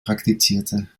praktizierte